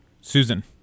Susan